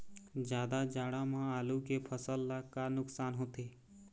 जादा जाड़ा म आलू के फसल ला का नुकसान होथे?